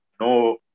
no